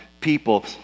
People